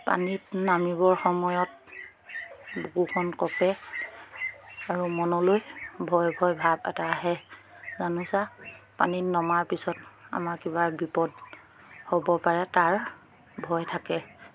পানীত নামিবৰ সময়ত বকুখন কপে আৰু মনলৈ ভয় ভয় ভাৱ এটা আহে জানোচা পানীত নমাৰ পিছত আমাৰ কিবা বিপদ হ'ব পাৰে তাৰ ভয় থাকে